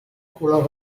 color